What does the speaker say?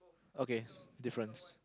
okay difference